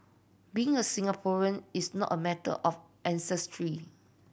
being a Singaporean is not a matter of ancestry